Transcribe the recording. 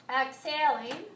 Exhaling